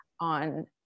on